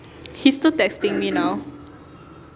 he's still texting me now